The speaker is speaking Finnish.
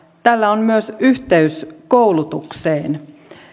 tällä on myös yhteys koulutukseen